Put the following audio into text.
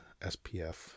SPF